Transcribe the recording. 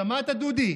שמעת דודי?